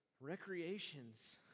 recreations